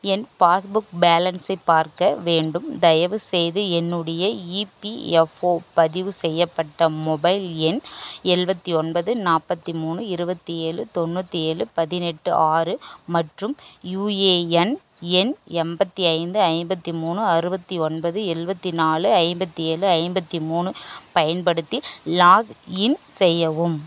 என் passbook பேலன்ஸை பார்க்க வேண்டும் தயவுசெய்து என்னுடைய இபிஎஃப்ஓ பதிவு செய்யப்பட்ட மொபைல் எண் எழுவத்தி ஒன்பது நாற்பத்தி மூணு இருபத்தி ஏழு தொண்ணூற்றி ஏழு பதினெட்டு ஆறு மற்றும் யுஏஎன் எண் எண்பத்தி ஐந்து ஐம்பத்தி மூணு அறுபத்தி ஒன்பது எழுவத்தி நாலு ஐம்பத்தி ஏழு ஐம்பத்தி மூணு பயன்படுத்தி லாக்இன் செய்யவும்